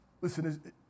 Listen